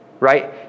Right